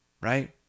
right